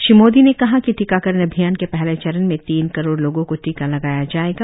श्री मोदी ने कहा कि टीकाकरण अभियान के पहले चरण में तीन करोड़ लोगों को टीका लगाया जाएगा